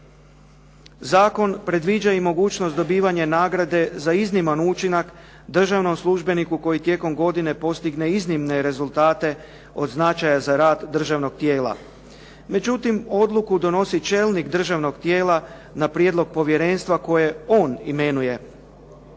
Zakon predviđa i mogućnost dobivanja nagrade za izniman učinak državnom službeniku koji tijekom godine postigne iznimne rezultate od značaja za rad državnog tijela. Međutim, odluku donosi čelnik državnog tijela na prijedlog povjerenstva koje on imenuje.